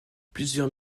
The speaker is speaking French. plusieurs